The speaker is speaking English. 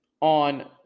on